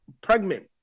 pregnant